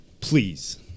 Please